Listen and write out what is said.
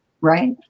Right